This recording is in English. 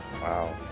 Wow